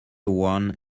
one